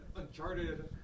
Uncharted